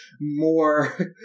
More